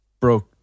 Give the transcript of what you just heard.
broke